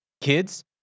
kids